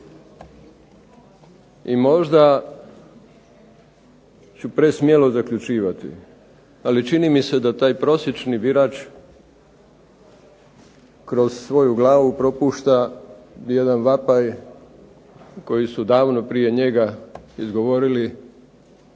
I možda ću presmjelo zaključivati, ali čini mi se da taj prosječni birač kroz svoju glavu propušta jedan vapaj koji su davno prije njega izgovorili